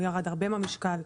הוא ירד הרבה במשקל,